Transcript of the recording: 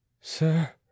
Sir